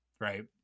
right